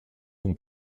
ton